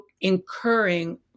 incurring